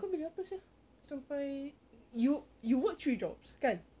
kau beli apa sia sampai you you work three jobs kan